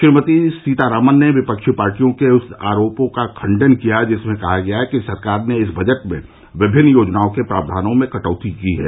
श्रीमती सीतारामन ने विपक्षी पार्टियों के उस आरोप का खंडन किया जिसमें कहा गया है कि सरकार ने इस बजट में विभिन्न योजनाओं के प्रावधानों में कटौती की है